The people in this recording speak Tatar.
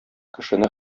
кешене